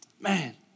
Man